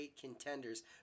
contenders